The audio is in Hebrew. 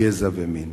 גזע ומין,